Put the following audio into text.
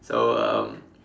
so um